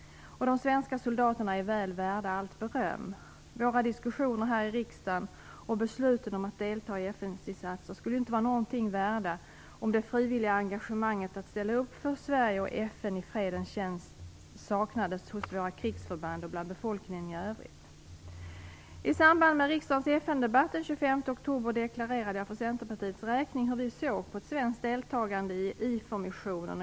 De svenska soldaterna är väl värda allt beröm. Våra diskussioner här i riksdagen och besluten om att delta i FN-insatser skulle inget vara värda om det frivilliga engagemanget att ställa upp för Sverige och FN i fredens tjänst saknades hos våra krigsförband och bland befolkning i övrigt. I samband med riksdagens FN-debatt den 25 oktober deklarerade jag för Centerpartiets räkning hur vi såg på ett svenskt deltagande i IFOR-missionen.